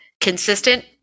consistent